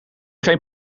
geen